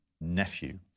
Nephew